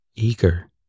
eager